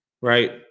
right